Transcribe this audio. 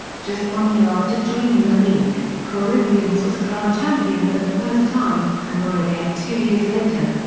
just one year after joining the league, corinthians was crowned champion for the first time, and were again two years later.